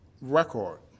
record